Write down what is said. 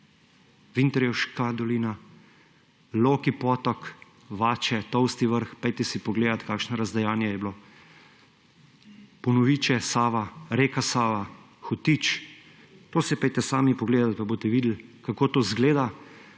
Vintarjevška dolina, Loki potok, Vače, Tolsti Vrh, pojdite si pogledat, kakšno razdejanje je bilo. Ponoviče, Sava, reka Sava, Hotič, to si pojdite sami pogledat, pa boste videli, kako to izgleda,